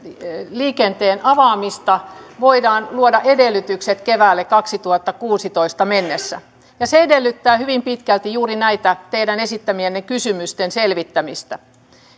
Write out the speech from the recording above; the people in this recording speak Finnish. liikenteen yksinoikeuden avaamiselle voidaan luoda edellytykset kevääseen kaksituhattakuusitoista mennessä ja se edellyttää hyvin pitkälti juuri näiden teidän esittämienne kysymysten selvittämistä